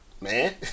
man